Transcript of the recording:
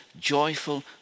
joyful